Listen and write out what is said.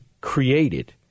created